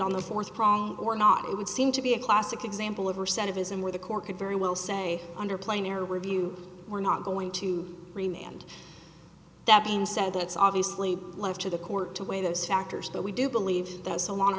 on the fourth prong or not it would seem to be a classic example of percent of his and where the court could very well say under plainer review we're not going to remain and that being said that's obviously left to the court to weigh those factors but we do believe that so lo